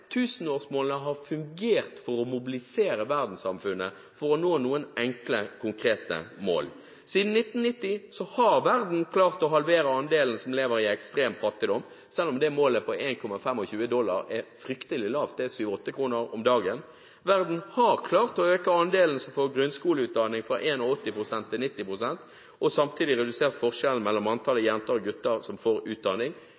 Tusenårsmålene har fungert for å mobilisere verdenssamfunnet for å nå noen enkle, konkrete mål. Siden 1990 har verden klart å halvere andelen som lever i ekstrem fattigdom – selv om målet på 1,25 dollar er fryktelig lavt, det er 7–8 kroner om dagen. Verden har klart å øke andelen for grunnskoleutdanning fra 81 pst. til 90 pst. og samtidig redusere forskjellen mellom